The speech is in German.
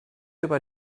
über